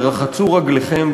ורחצו רגלכם,